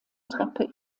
treppe